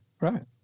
right